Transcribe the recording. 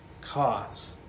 cause